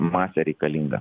masę reikalingą